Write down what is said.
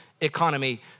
economy